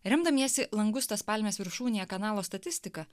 remdamiesi langustas palmės viršūnėje kanalo statistika